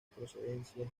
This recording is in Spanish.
procedencia